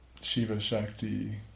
Shiva-Shakti